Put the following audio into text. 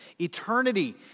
Eternity